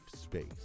space